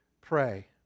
pray